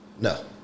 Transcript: No